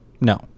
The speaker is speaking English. No